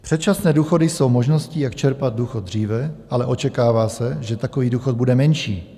Předčasné důchody jsou možností, jak čerpat důchod dříve, ale očekává se, že takový důchod bude menší.